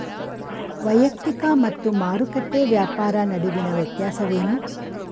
ವೈಯಕ್ತಿಕ ಮತ್ತು ಮಾರುಕಟ್ಟೆ ವ್ಯಾಪಾರ ನಡುವಿನ ವ್ಯತ್ಯಾಸವೇನು?